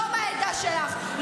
לא מהעדה שלך,